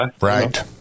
Right